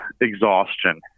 exhaustion